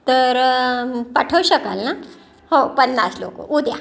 तर पाठवू शकाल ना हो पन्नास लोक उद्या